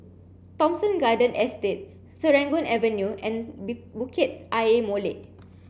Thomson Garden Estate Serangoon Avenue and Bukit Ayer Molek